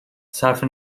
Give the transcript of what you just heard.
صرف